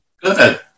Good